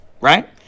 Right